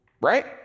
right